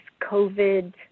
covid